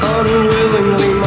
unwillingly